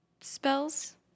spells